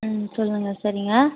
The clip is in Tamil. ம் சொல்லுங்க சரிங்க